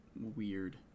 weird